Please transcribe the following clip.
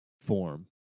form